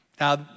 Now